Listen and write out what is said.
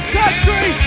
country